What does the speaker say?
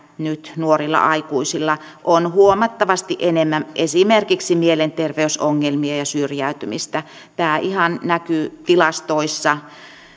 nyt nuorilla aikuisilla on huomattavasti enemmän esimerkiksi mielenterveysongelmia ja syrjäytymistä tämä ihan näkyy tilastoissa